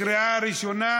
התשע"ח 2018, בקריאה ראשונה.